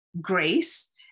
grace